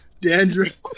Dandruff